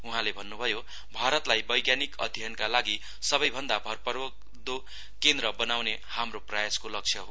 उहाँले भन्नभयो भारतलाई वैज्ञानिक अध्ययनका लागि सबैभन्दा भरपर्दो केन्द्र बनाउने हाम्रो प्रयासको लक्ष्य हो